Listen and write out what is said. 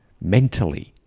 mentally